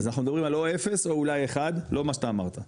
אז אנחנו מדברים על או אפס או אולי אחד לא מה שאתה אמרת,